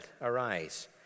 arise